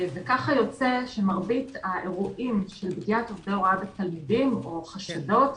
יוצא שמרבית האירועים של פגיעת עובדי הוראה בתלמידים או חשדות,